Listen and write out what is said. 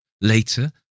Later